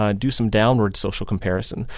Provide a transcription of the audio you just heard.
um do some downward social comparison.